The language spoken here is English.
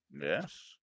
yes